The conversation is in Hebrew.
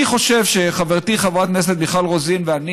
אני חושב שחברתי חברת הכנסת מיכל רוזין ואני